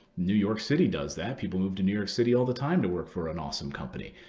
new york city does that. people move to new york city all the time to work for an awesome company.